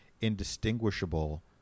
indistinguishable